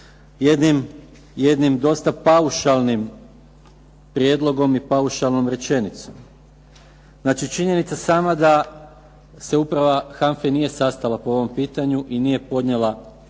Jednim dosta paušalnim prijedlogom i paušalnom rečenicom. Znači činjenica sama da se uprava HANFA-e nije sastala po ovom pitanju i nije podnijela prijedlog